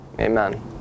Amen